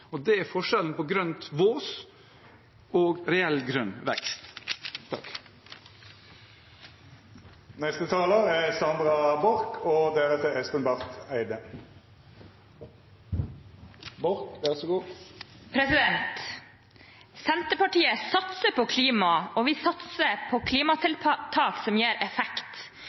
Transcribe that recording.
glans. Det er forskjellen på grønt vås og reell grønn vekst. Senterpartiet satser på klima, og vi satser på klimatiltak som gir effekt.